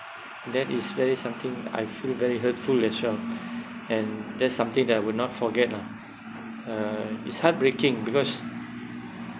that is very something I feel very hurtful as well and that's something that I would not forget lah uh it's heartbreaking because